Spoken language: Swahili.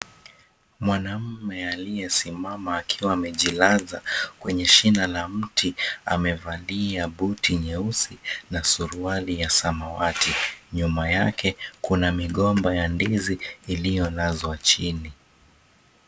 Mwanaume aliyesimama akiwa amejilaza kwenye shina la mti amevalia buti nyeusi na suruali ya samawati. Nyuma yake kuna migomba ya ndizi iliyolazwa chini.